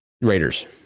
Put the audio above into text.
Raiders